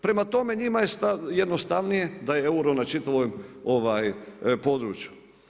Prema tome, njima je jednostavnije da je euro na čitavom području.